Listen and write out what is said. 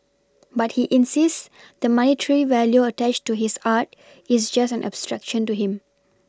but he insists the monetary value attached to his art is just an abstraction to him